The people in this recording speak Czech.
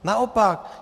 Naopak.